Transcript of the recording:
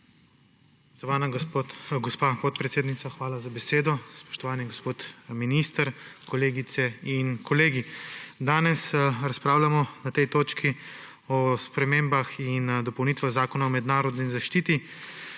gospa podpredsednica, hvala za besedo. Spoštovani gospod minister, kolegice in kolegi! Danes razpravljamo na tej točki o spremembah in dopolnitvah Zakona o mednarodni zaščiti.